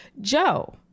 Joe